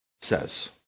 says